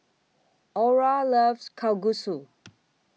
Orra loves Kalguksu